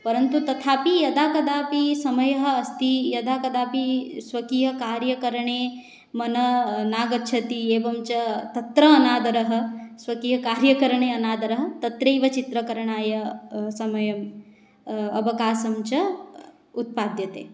परन्तु तथापि यदा कदापि समयः अस्ति यदा कदापि स्वकीयकार्यकरणे मनः नागच्छति एवं च तत्र अनादरः स्वकीयकार्यकरणे अनादरः तत्रैव चित्रकरणाय समयः अवकाशः च उत्पाद्यते